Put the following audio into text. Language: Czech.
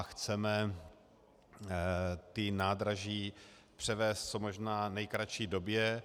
Chceme nádraží převést v co možná nejkratší době.